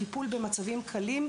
הטיפול במצבים קלים,